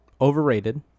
overrated